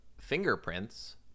fingerprints